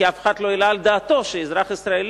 כי אף אחד לא העלה על דעתו שאזרח ישראלי